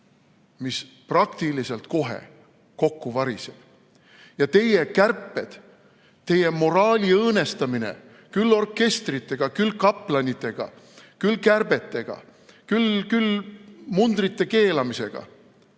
mis praktiliselt kohe kokku variseb. Ja teie kärped, teie moraali õõnestamine küll orkestritega, küll kaplanitega, küll muude kärbetega, küll mundrite keelamisega